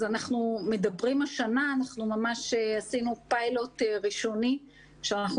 אז השנה ממש עשינו פיילוט ראשוני ואנחנו